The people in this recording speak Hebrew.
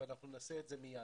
ונעשה את זה מייד.